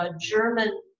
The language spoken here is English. German